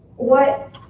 what